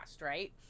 right